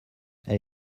elle